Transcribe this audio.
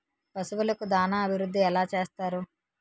పశువులకు దాన అభివృద్ధి ఎలా చేస్తారు?